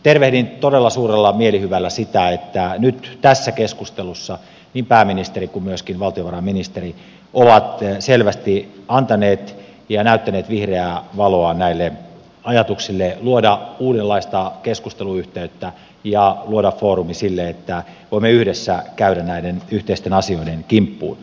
tervehdin todella suurella mielihyvällä sitä että nyt tässä keskustelussa niin pääministeri kuin myöskin valtiovarainministeri ovat selvästi antaneet ja näyttäneet vihreää valoa näille ajatuksille luoda uudenlaista keskusteluyhteyttä ja luoda foorumi sille että voimme yhdessä käydä näiden yhteisten asioiden kimppuun